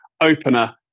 Opener